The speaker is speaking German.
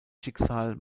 schicksal